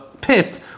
pit